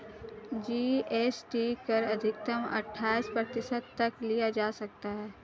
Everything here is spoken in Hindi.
जी.एस.टी कर अधिकतम अठाइस प्रतिशत तक लिया जा सकता है